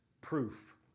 proof